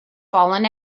fallen